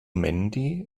mandy